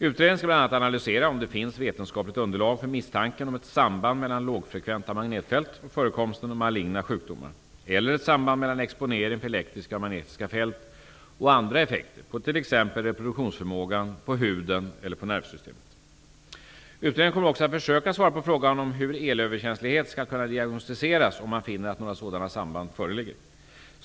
Utredningen skall bl.a. analysera om det finns vetenskapligt underlag för misstanken om ett samband mellan lågfrekventa magnetfält och förekomsten av maligna sjukdomar eller ett samband mellan exponering för elektriska och magnetiska fält och andra effekter, t.ex. på reproduktionsförmågan, på huden eller på nervsystemet. Utredningen kommer också att försöka svara på frågan om hur elöverkänslighet skall kunna diagnostiseras om man finner att några sådana samband föreligger.